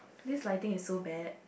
this lighting is so bad